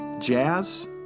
jazz